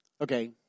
Okay